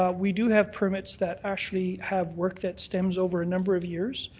ah we do have permits that actually have worked that stems over a number of years.